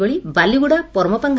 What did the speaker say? ସେହିଭଳି ବାଲିଗୁଡ଼ା ପରମପାଙ୍ଗ